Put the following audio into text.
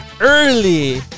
early